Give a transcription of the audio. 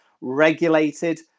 regulated